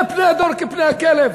זה פני הדור כפני הכלב,